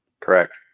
Correct